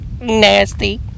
nasty